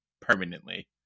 permanently